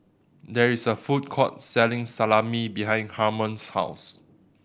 there is a food court selling Salami behind Harmon's house